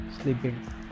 sleeping